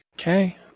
Okay